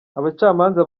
abacamanza